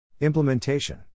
Implementation